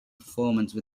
performance